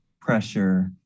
pressure